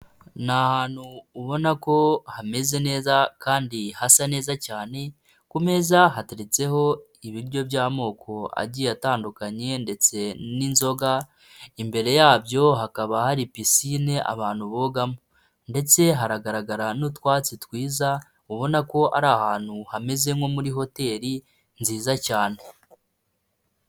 Ni ahantu ubona ko hameze neza kandi hasa neza cyane, ku meza hateretseho ibiryo by'amoko agiye atandukanye ndetse n'inzoga. Imbere yabyo hakaba hari pisine abantu bogamo. Ndetse haragaragara n'utwatsi twiza ubona ko ari ahantu hameze nko muri hoteli nziza cyane.